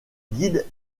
guide